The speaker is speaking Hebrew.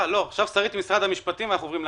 עכשיו שרית ממשרד המשפטים ואנחנו עוברים להצבעה.